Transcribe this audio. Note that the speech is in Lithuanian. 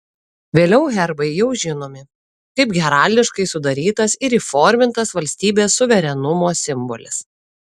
vėliau herbai jau žinomi kaip heraldiškai sudarytas ir įformintas valstybės suverenumo simbolis